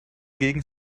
gegen